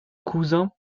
cousin